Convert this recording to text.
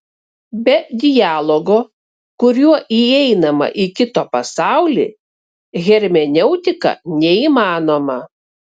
be dialogo kuriuo įeinama į kito pasaulį hermeneutika neįmanoma